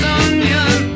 onion